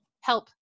help